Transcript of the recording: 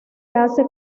hace